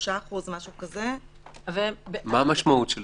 מה המשמעות של